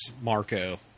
Marco